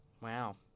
Wow